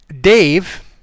Dave